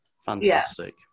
Fantastic